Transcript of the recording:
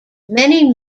many